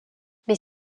mais